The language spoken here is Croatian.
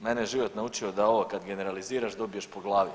Mene je život naučio da ovo kad generaliziraš dobiješ po glavi.